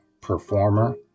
performer